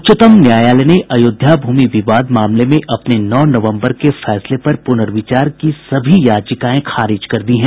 उच्चतम न्यायालय ने अयोध्या भूमि विवाद मामले में अपने नौ नवम्बर के फैसले पर पुनर्विचार की सभी याचिकाएं खारिज कर दी हैं